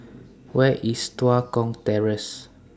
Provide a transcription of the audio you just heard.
Where IS Tua Kong Terrace